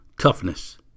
toughness